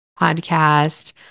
podcast